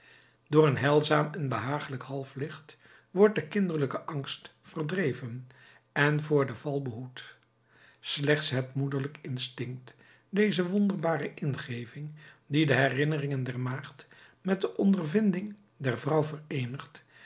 door een heilzaam en behagelijk halflicht wordt de kinderlijke angst verdreven en voor den val behoed slechts het moederlijk instinct deze wonderbare ingeving die de herinneringen der maagd met de ondervinding der vrouw vereenigt